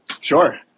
Sure